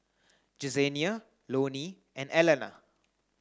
Jesenia Loney and Alana